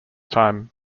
time